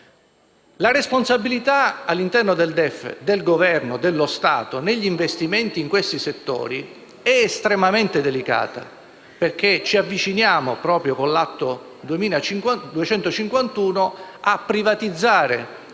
La responsabilità, all'interno del DEF, del Governo e dello Stato negli investimenti in questi settori è estremamente delicata, perché proprio con l'atto del Governo